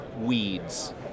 weeds